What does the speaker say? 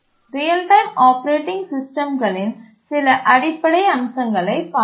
real time operating சிஸ்டம்களின் சில அடிப்படை அம்சங்களைப் பார்த்தோம்